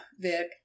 vic